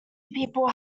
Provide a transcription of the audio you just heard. people